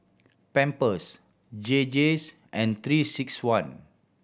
Pampers J J and Three Six One